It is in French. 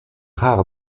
rare